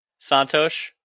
Santosh